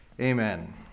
Amen